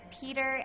Peter